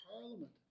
parliament